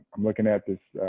i'm looking at this